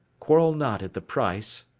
quarrel not at the price,